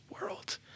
world